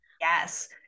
yes